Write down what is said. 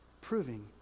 proving